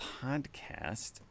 podcast